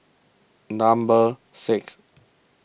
number six